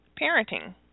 parenting